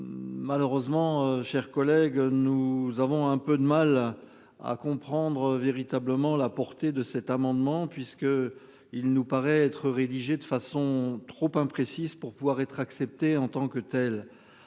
Malheureusement, chers collègues, nous avons un peu de mal à comprendre véritablement là. Portée de cet amendement puisque il nous paraît être rédigée de façon trop imprécise pour pouvoir être acceptés en tant que telle.